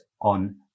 on